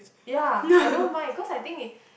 ya I don't mind cause I think it